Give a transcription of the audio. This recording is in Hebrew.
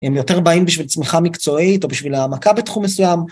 הם יותר באים בשביל צמיחה מקצועית או בשביל העמקה בתחום מסוים.